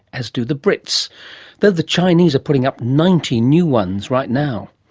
as do thebrits, though the chinese are putting up ninety new ones right now.